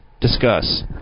Discuss